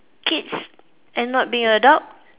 kids and not be an adult